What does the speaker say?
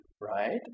right